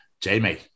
Jamie